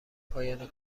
پایان